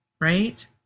right